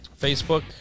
Facebook